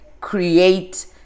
create